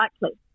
likely